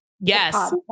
yes